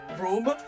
room